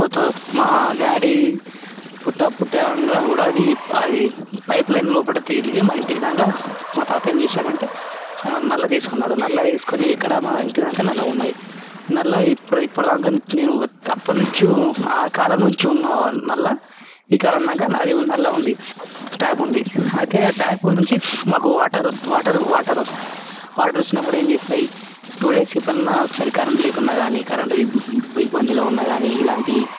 గత మా డాడీ పుట్ట పుట్టగా కూడా అది అది పైప్ లైన్ లోపట తిరిగి మా ఇంటి దాకా మా తాత ఏం చేశారంటే నల్లా నల్లా తీసుకొని ఇక్కడ మా ఇంటిదాకా నల్లగున్నాయి నల్ల ఇప్పుడు ఇప్పుడు దాకా నేను ఒక అప్పటినుంచి ఆ కాలం నుంచి ఉన్న నల్లా ఈ కాలం దాకా అది నల్లగుంది టాప్ ఉంది అయితే ఆ టాప్ నుంచి మాకు వాటర్ వాటర్ వాటర్ వస్తాయి వాటర్ వచ్చినప్పుడు ఏం చేస్తాయి టు డేస్ ఎప్పుడన్నా ఒకసారి కరెంట్ లేనప్పుడు కానీ కరెంట్ ఇబ్బందుల్లో ఉన్నప్పుడు కానీ ఇలాంటి